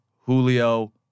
Julio